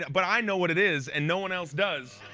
but i know what it is and no one else does.